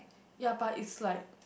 ya but is like